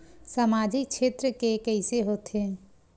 सामजिक क्षेत्र के कइसे होथे?